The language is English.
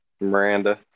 Miranda